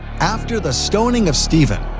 after the stoning of stephen,